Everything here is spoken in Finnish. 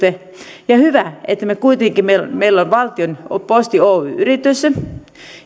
on hyvä että kuitenkin meillä meillä on valtion posti oy yritys